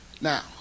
Now